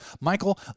Michael